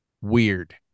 weird